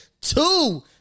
two